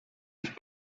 ich